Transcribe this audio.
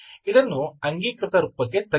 ಇದನ್ನು ಅಂಗೀಕೃತ ರೂಪಕ್ಕೆ ತಗ್ಗಿಸಿ